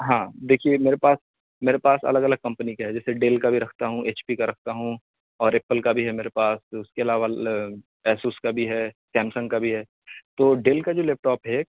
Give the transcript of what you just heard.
ہاں دیکھیے میرے پاس میرے پاس الگ الگ کمپنی کے ہیں جیسے ڈیل کا بھی رکھتا ہوں ایچ پی کا رکھتا ہوں اور ایپل کا بھی ہے میرے پاس اس کے علاوہ ایسوس کا بھی ہے سیمسنگ کا بھی ہے تو ڈیل کا جو لیپ ٹاپ ہے